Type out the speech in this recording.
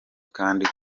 kandi